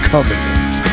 Covenant